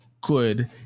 good